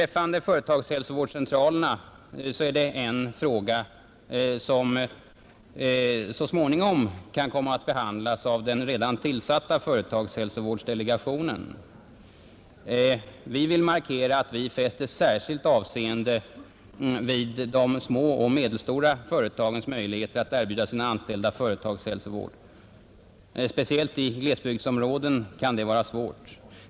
Vad företagshälsovårdscentralerna beträffar är det en fråga som så småningom kan komma att behandlas av den redan tillsatta företagshälsovårdsdelegationen. Vi vill markera att vi fäster särskilt avseende vid de små och medelstora företagens möjligheter att erbjuda sina anställda Yöretagshälsovård. Speciellt i glesbygdsområden kan detta vara svårt.